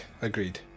agreed